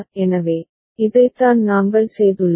எனவே இதைத்தான் நாங்கள் செய்துள்ளோம்